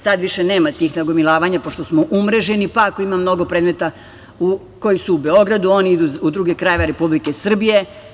Sad više nema tih nagomilavanja pošto smo umreženi, pa ako ima mnogo predmeta koji su u Beogradu, oni idu u druge krajeve Republike Srbije.